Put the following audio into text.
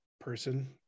person